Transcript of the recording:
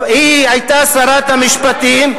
היא היתה שרת המשפטים,